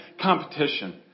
competition